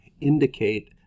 indicate